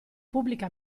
pubblica